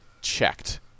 checked